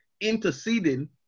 interceding